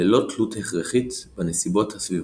ללא-תלות הכרחית בנסיבות הסביבתיות.